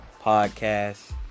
podcast